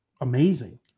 amazing